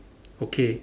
okay